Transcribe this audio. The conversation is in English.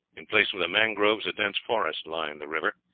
in place of the mangroves a dense forest lined the river.